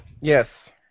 Yes